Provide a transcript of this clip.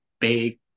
big